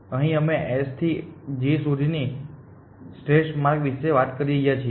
અહીં અમે S થી G સુધીના શ્રેષ્ઠ માર્ગ વિશે વાત કરી રહ્યા છીએ